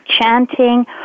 chanting